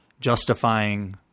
justifying